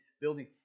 building